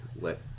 let